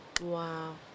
Wow